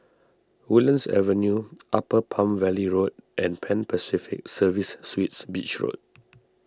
Woodlands Avenue Upper Palm Valley Road and Pan Pacific Serviced Suites Beach Road